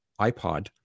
ipod